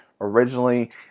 originally